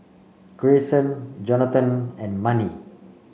Greyson Jonathon and Manie